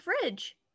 fridge